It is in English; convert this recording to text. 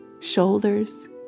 shoulders